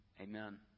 Amen